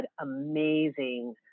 amazing